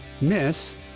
Miss